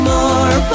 More